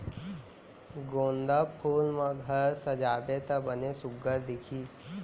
गोंदा फूल म घर सजाबे त बने सुग्घर दिखही